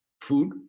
Food